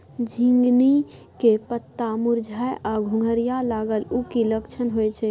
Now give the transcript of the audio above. झिंगली के पत्ता मुरझाय आ घुघरीया लागल उ कि लक्षण होय छै?